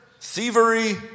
thievery